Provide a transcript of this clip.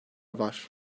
var